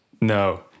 No